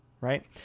right